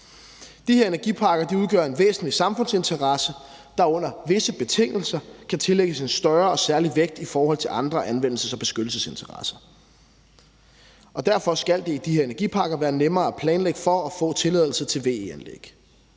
De her energiparker udgør en væsentlig samfundsinteresse, der under visse betingelser kan tillægges en større og særlig vægt i forhold til andre anvendelses- og beskyttelsesinteresser. Derfor skal det i de her energiparker være nemmere at planlægge for at få tilladelse til VE-anlæg.